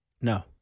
No